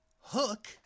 Hook